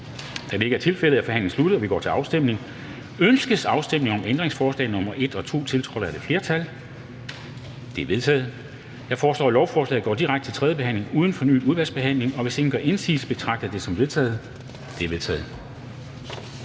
Kl. 13:24 Afstemning Formanden (Henrik Dam Kristensen): Ønskes afstemning om ændringsforslag nr. 1, tiltrådt af udvalget? Det er vedtaget. Jeg foreslår, at lovforslaget går direkte til tredje behandling uden fornyet udvalgsbehandling, og hvis ingen gør indsigelse, betragter jeg det som vedtaget. Det er vedtaget.